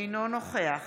אינו נוכח